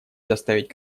заставить